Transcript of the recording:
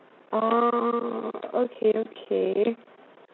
oh okay okay